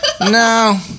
No